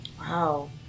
Wow